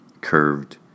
curved